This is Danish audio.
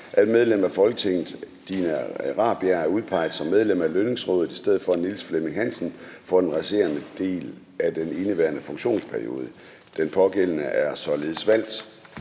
at medlem af Folketinget Dina Raabjerg er udpeget som medlem af Lønningsrådet i stedet for Niels Flemming Hansen for den resterende del af indeværende funktionsperiode. Den pågældende er således valgt.